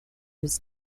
his